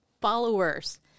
followers